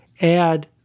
add